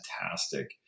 fantastic